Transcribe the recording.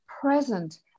present